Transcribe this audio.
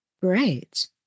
Great